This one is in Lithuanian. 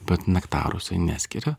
bet nektaro jisai neskiria